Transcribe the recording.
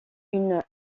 une